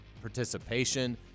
participation